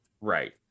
Right